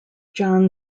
john